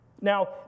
Now